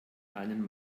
einen